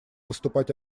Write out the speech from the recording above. выступать